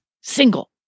single